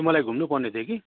मलाई घुम्नुपर्ने थियो कि